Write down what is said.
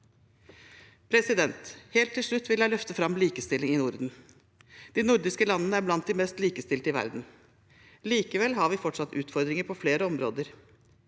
Helt til slutt vil jeg løfte fram likestilling i Norden. De nordiske landene er blant de mest likestilte i verden. Likevel har vi fortsatt utfordringer på flere områder.